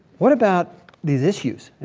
what about these issues? and